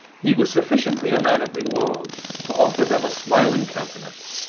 he was sufficiently a man of the world to offer them a smiling countenance.